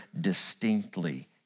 distinctly